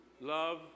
Love